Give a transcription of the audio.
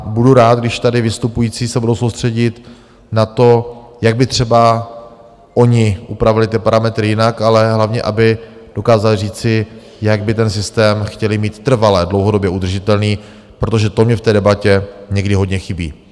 Budu rád, když se tady vystupující budou soustředit na to, jak by třeba oni upravili ty parametry jinak, ale hlavně aby dokázali říci, jak by ten systém chtěli mít trvale dlouhodobě udržitelný, protože to mně v té debatě někdy hodně chybí.